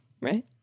Right